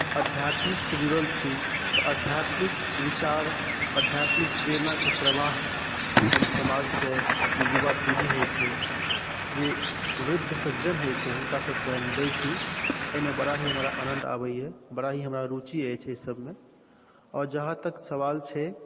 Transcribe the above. आध्यत्मिक से जुड़ल छी तऽ आध्यात्मिक विचार आध्यात्मिक प्रेरणाके प्रवाह हम समाजके युवा पीढ़ी होइ छै जे वृद्ध सज्जन होइ छै हुनका सभकेँ हम दै छी एहिमे बड़ा ही हमरा आनन्द आबैया बड़ा ही हमरा रुचि अछि एहि सभ चीजमे आओर जहाँ तक सवाल छै